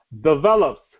develops